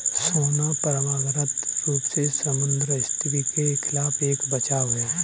सोना परंपरागत रूप से मुद्रास्फीति के खिलाफ एक बचाव है